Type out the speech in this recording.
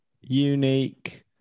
unique